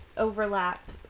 Overlap